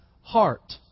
heart